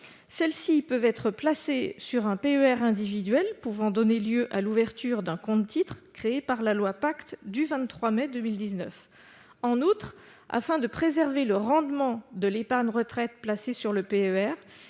Celles-ci peuvent être placées sur un PER individuel pouvant donner lieu à l'ouverture d'un compte-titres, disposition créée par la loi Pacte du 23 mai 2019. En outre, afin de préserver le rendement de l'épargne retraite placée sur le PER,